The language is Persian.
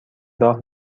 راه